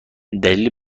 دلیلی